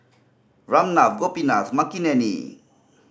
Ramnath Gopinath Makineni